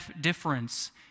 difference